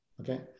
okay